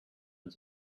and